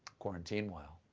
quarantine-while,